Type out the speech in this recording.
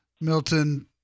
Milton